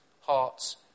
hearts